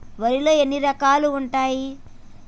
వరిలో ఎన్ని రకాలు ఉంటాయి?